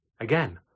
again